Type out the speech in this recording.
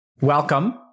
Welcome